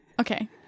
okay